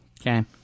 Okay